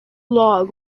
log